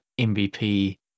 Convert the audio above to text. MVP